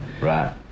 Right